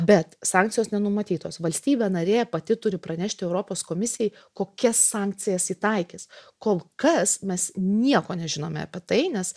bet sankcijos nenumatytos valstybė narė pati turi pranešti europos komisijai kokias sankcijas ji taikys kol kas mes nieko nežinome apie tai nes